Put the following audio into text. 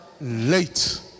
late